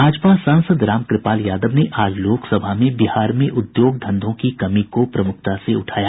भाजपा सांसद रामकृपाल यादव ने आज लोकसभा में बिहार में उद्योग धंधों की कमी को प्रमुखता से उठाया